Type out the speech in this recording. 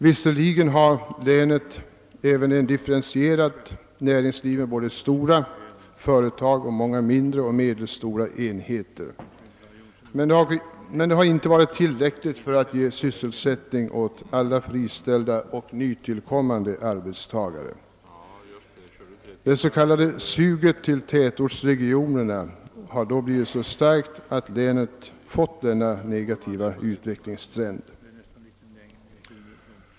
Visserligen har länet även ett differentierat näringsliv med både stora företag och många mindre och medelstora enheter, men detta har inte varit tillräckligt för att ge sysselsättning åt alla friställda och nytillkommande arbetstagare. Suget till tätortsregionerna har därför blivit så starkt att länet fått denna negativa utvecklingstrend.